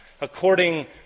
according